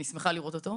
אני שמחה לראות אותו.